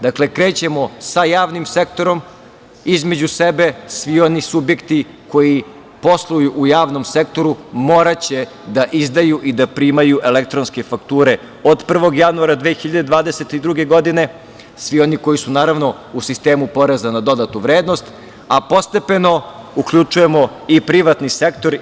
Dakle, krećemo sa javnim sektorom između sebe i oni subjekti koji posluju u javnom sektoru moraće da izdaju i da primaju elektronske fakture od 1. januara 2022. godine, svi oni koji su u sistemu PDV-u, a postepeno uključujemo privatni sektor.